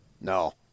No